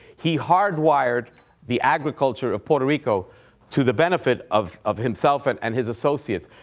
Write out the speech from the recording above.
he hardwired the agriculture of puerto rico to the benefit of of himself and and his associates.